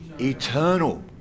eternal